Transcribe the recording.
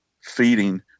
feeding